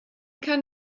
kann